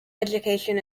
education